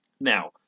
Now